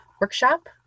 workshop